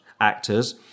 actors